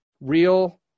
real